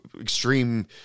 extreme